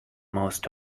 most